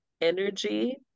energy